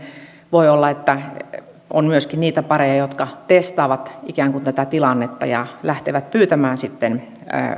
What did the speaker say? voi olla myöskin niitä pareja jotka testaavat tätä tilannetta ja lähtevät pyytämään